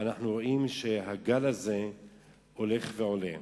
אנחנו רואים שהגל הזה הולך ועולה.